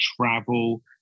travel